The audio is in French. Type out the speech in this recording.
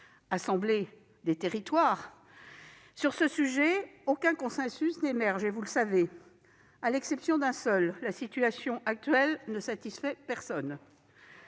assemblée des territoires ». Sur ce sujet, aucun consensus n'émerge, à l'exception d'un seul : la situation actuelle ne satisfait personne.